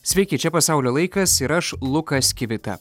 sveiki čia pasaulio laikas ir aš lukas kivita